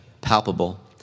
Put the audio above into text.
Palpable